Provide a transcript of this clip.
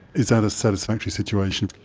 is that a satisfactory situation?